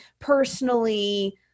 personally